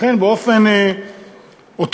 לכן באופן אוטומטי,